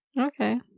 Okay